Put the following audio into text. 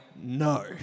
no